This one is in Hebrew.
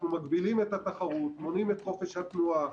אנחנו מגבילים את התחרות, מונעים את חופש התנועה,